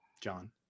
John